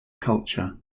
culture